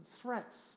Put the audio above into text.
threats